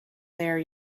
there